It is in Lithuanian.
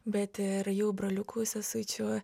bet ir jų broliukų sesučių